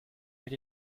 need